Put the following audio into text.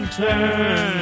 turn